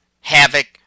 havoc